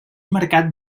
marcat